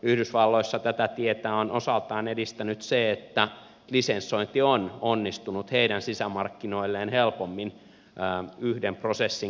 yhdysvalloissa tätä tietä on osaltaan edistänyt se että lisensointi on onnistunut heidän sisämarkkinoilleen helpommin yhden prosessin kautta